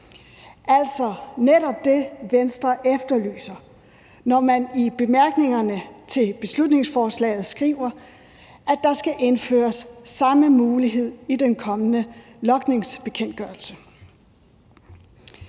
Altså netop det, Venstre efterlyser, når man i bemærkningerne til beslutningsforslaget skriver, at der skal indføres samme mulighed i den kommende logningsbekendtgørelse.